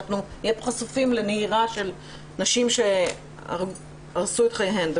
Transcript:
נהיה פה חשופים לנהירה של נשים שהרסו את חייהן?